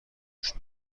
رشد